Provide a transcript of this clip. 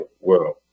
world